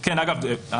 אגב,